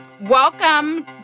Welcome